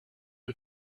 you